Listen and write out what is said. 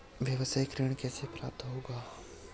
व्यावसायिक ऋण कैसे प्राप्त होगा?